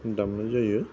दामनाय जायो